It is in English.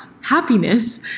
happiness